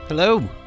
Hello